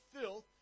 filth